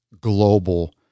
global